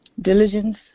Diligence